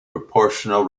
proportional